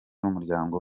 umuryango